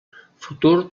futur